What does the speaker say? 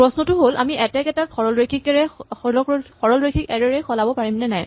প্ৰশ্নটো হ'ল আমি এটেক এটাক সৰলৰৈখিক এৰে ৰে সলাব পাৰিম নে নাই